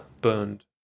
burned